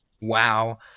wow